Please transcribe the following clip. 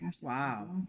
Wow